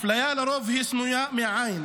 אפליה היא לרוב סמויה מהעין.